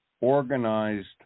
organized